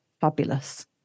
fabulous